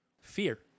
fear